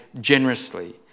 generously